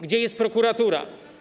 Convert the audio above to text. Gdzie jest prokuratura?